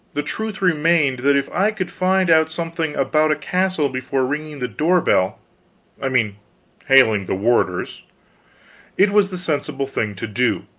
the truth remained that if i could find out something about a castle before ringing the door-bell i mean hailing the warders it was the sensible thing to do.